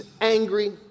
angry